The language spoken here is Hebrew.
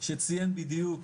שציין בדיוק,